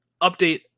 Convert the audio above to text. update